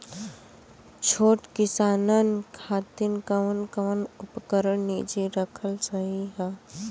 छोट किसानन खातिन कवन कवन उपकरण निजी रखल सही ह?